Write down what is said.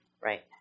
right